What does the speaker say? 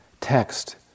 text